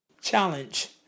Challenge